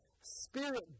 spirit